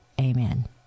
Amen